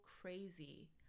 crazy